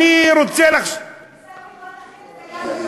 עיסאווי, אני רוצה, עיסאווי,